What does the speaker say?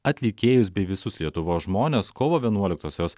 atlikėjus bei visus lietuvos žmones kovo vienuoliktosios